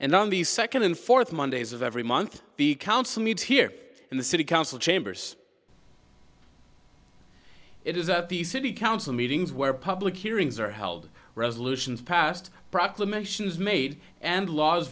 and on the second and fourth mondays of every month the council meets here in the city council chambers it is at the city council meetings where public hearings are held resolutions passed proclamations made and laws